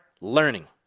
learning